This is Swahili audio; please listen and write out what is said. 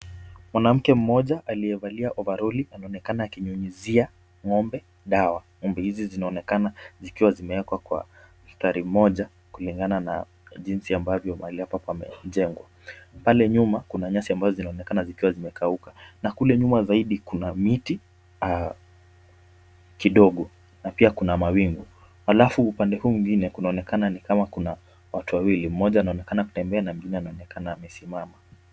Mwanamke mmoja aliyevalia ovaroli anaonekana akinyunyuzia ng'ombe dawa. Ng'ombe hizi zinaonekana zikiwa zimewekwa kwa mstari mmoja kulingana na jinsi ambavyo mahali hapa pamejengwa. Pale nyuma kuna nyasi ambazo zinaonekana zikiwa zimekauka na kule nyuma zaidi kuna miti kidogo na pia kuna mawingu. Halafu upande huu mwingine kunaonekana ni kama kuna watu wawili. Mmoja anaonekana kutembea na mwingine anaonekana amesimama.